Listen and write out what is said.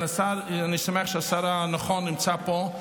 ואני שמח שהשר הנכון נמצא פה,